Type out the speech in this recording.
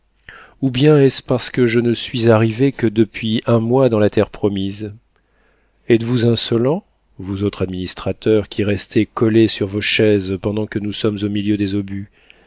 ou bien est-ce parce que je ne suis arrivé que depuis un mois dans la terre promise êtes-vous insolents vous autres administrateurs qui restez collés sur vos chaises pendant que nous sommes au milieu des obus